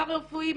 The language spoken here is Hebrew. פרא-רפואיים,